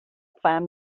find